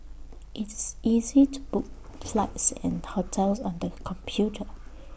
it's easy to book flights and hotels on the computer